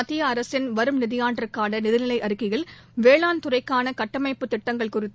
மத்தியஅரசின் வரும் நிதியாண்டுக்கானநிதிநிலைஅறிக்கையில் வேளாண் துறைக்கானகட்டமைப்பு திட்டங்கள் குறித்து